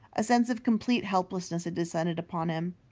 a sense of complete helplessness had descended upon him.